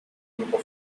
grupo